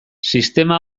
sistema